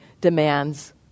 demands